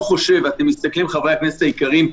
חברי הכנסת היקרים,